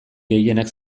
gehienak